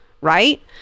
Right